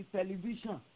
Television